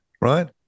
right